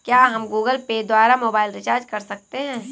क्या हम Google Pay द्वारा मोबाइल रिचार्ज कर सकते हैं?